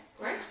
great